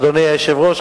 אדוני היושב-ראש,